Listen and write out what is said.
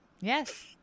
yes